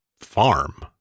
farm